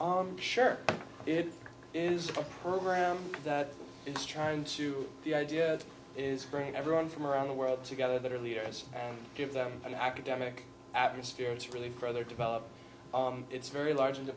i'm sure it is a program that is trying to the idea is bringing everyone from around the world together that are leaders and give them an academic atmosphere it's really further developed on its very large